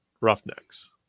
Roughnecks